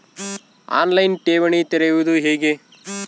On line ಠೇವಣಿ ತೆರೆಯುವುದು ಹೇಗೆ?